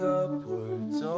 upwards